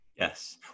Yes